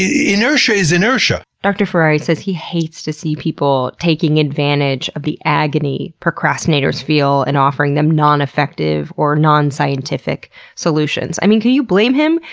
ah inertia is inertia. dr. ferrari says he hates to see people taking advantage of the agony procrastinators feel and offering them non-effective or non-scientific solutions. i mean, can you blame him?